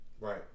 Right